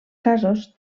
casos